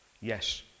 Yes